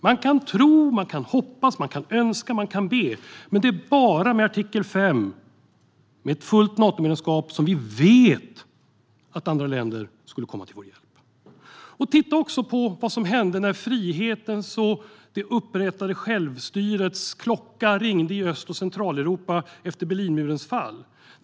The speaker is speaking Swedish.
Man kan tro, man kan hoppas, man kan önska och man kan be, men det är bara med artikel 5, med ett fullt Natomedlemskap, som vi vet att andra länder skulle komma till vår hjälp. Titta också på vad som hände när frihetens och det upprättade självstyrets klocka ringde i Öst och Centraleuropa efter Berlinmurens fall!